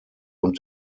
und